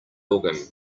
organ